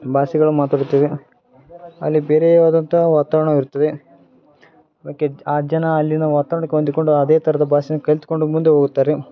ಭಾಷೆಗಳು ಮಾತಾಡುತ್ತೇವೆ ಅಲ್ಲಿ ಬೇರೆಯವಾದಂಥ ವಾತಾವರಣವಿರುತ್ತದೆ ಆ ಜನ ಅಲ್ಲಿನ ವಾತಾವರ್ಣಕ್ಕೆ ಹೊಂದಿಕೊಂಡು ಅದೇ ಥರದ ಭಾಷೆನ ಕಲ್ತುಕೊಂಡು ಮುಂದೆ ಹೋಗುತ್ತಾರೆ